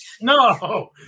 No